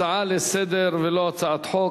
הצעה לסדר-היום, ולא הצעת חוק.